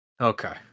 Okay